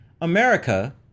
america